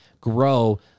grow